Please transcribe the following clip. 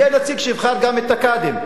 יהיה נציג שיבחר גם את הקאדים.